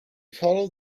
followed